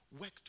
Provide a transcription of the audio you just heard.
work